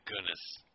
goodness